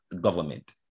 government